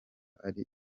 ari